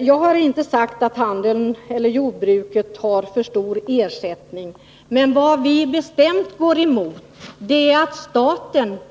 Jag har inte sagt att handeln och jordbruket får för stor ersättning. Vad vi emellertid bestämt går emot är att de medel som staten får in